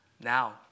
now